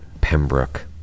Pembroke